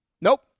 nope